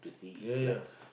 ya ya ya